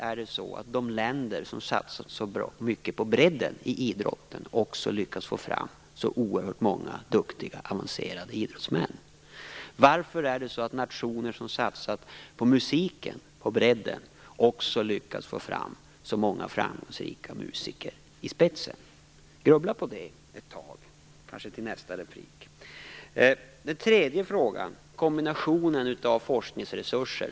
Varför har de länder som satsar så mycket på breddidrott också lyckats att få fram så oerhört många duktiga idrottsmän? Varför har nationer som har satsat brett på musik också lyckats att få fram så många framgångsrika musiker? Grubbla på det ett tag! Den tredje frågan gällde kombinationen av forskningsresurser.